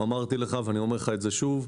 אמרתי לך ואני אומר לך את זה שוב,